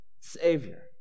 Savior